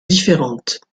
différentes